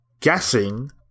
guessing